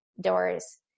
doors